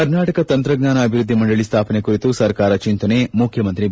ಕರ್ನಾಟಕ ತಂತ್ರಜ್ಞಾನ ಅಭಿವೃದ್ಧಿ ಮಂಡಳಿ ಸ್ಥಾಪನೆ ಕುರಿತು ಸರ್ಕಾರ ಚಿಂತನೆ ಮುಖ್ಯಮಂತ್ರಿ ಬಿ